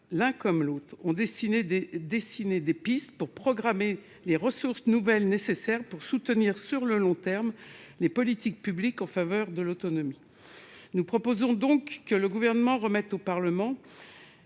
L'un comme l'autre ont dessiné des pistes afin de programmer les ressources nouvelles nécessaires pour soutenir à long terme les politiques publiques en faveur de l'autonomie. Pour notre part, nous proposons que le Gouvernement remette au Parlement